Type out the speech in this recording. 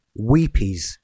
weepies